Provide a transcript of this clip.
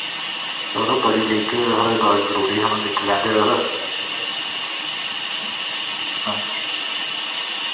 यरो बड़ी लीकेज ऐ थोआढ़े बड़ा जरुरी हा महा दिक्खी लैंदे तुस